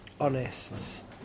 honest